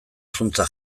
zuntza